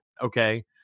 Okay